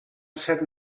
said